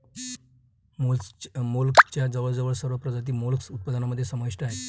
मोलस्कच्या जवळजवळ सर्व प्रजाती मोलस्क उत्पादनामध्ये समाविष्ट आहेत